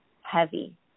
heavy